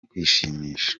kwishimisha